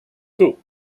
two